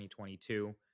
2022